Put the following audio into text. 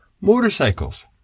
motorcycles